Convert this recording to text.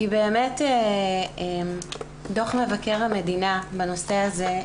כי באמת דוח מבקר המדינה בנושא הזה,